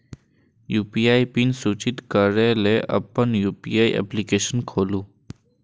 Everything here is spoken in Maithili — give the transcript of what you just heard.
यू.पी.आई पिन सृजित करै लेल अपन यू.पी.आई एप्लीकेशन खोलू